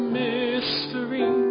mystery